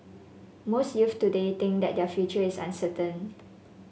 most youths today think that their future is uncertain